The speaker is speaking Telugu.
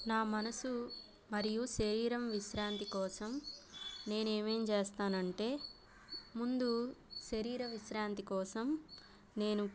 నా మనసు మరియు శరీరం విశ్రాంతి కోసం నేను ఏమేమి చేస్తానంటే ముందు శరీర విశ్రాంతి కోసం నేను